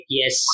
yes